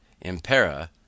impera